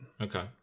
Okay